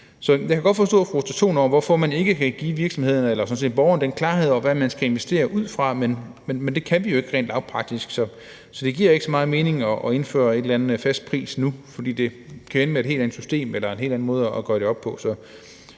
Jeg kan godt forstå frustrationen over, at man ikke kan give virksomhederne og borgerne klarhed over, hvad de skal investere ud fra, men det kan vi jo ikke rent lavpraktisk, så det giver ikke så meget mening at indføre en eller anden fast pris nu, for det kan ende med et helt andet system eller en helt anden måde at gøre det op på.